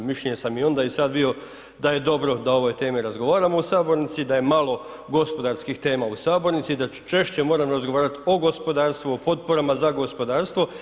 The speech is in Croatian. Mišljenja sam i onda i sad bilo da je dobro da o ovoj temi razgovaramo u sabornici, da je malo gospodarskih tema u sabornici i da češće moramo razgovarati o gospodarstvu, o potporama za gospodarstvo.